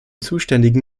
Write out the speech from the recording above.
zuständigen